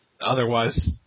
otherwise –